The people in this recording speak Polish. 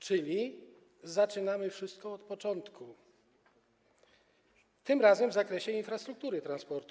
Czyli zaczynamy wszystko od początku, tym razem w zakresie infrastruktury transportu.